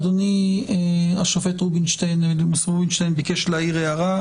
אדוני, השופט רובינשטיין, ביקש להעיר הערה.